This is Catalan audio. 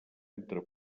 entre